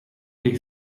dei